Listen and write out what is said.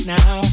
now